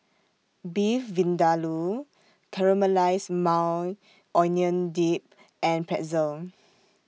Beef Vindaloo Caramelized Maui Onion Dip and Pretzel